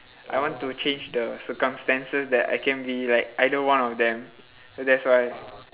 I want to change the circumstances that I can be like either one of them so that's why